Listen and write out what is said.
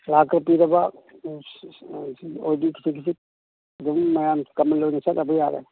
ꯂꯥꯈꯀ ꯄꯤꯔꯕ ꯑꯗꯨꯝ ꯃꯌꯥꯝ ꯀꯃꯟ ꯑꯣꯏꯅ ꯆꯠꯅꯕ ꯌꯥꯔꯦ